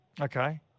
Okay